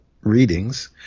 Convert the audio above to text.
readings